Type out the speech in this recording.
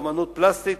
לאמנות פלסטית,